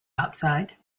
outside